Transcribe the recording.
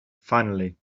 finally